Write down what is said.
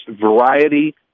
variety